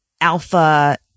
alpha